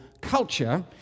culture